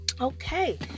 Okay